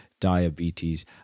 diabetes